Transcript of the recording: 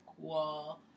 cool